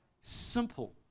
Simple